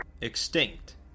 extinct